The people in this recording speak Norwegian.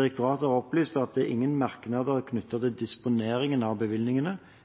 Direktoratet har opplyst at det er ingen merknader knyttet til disponeringen av bevilgningene,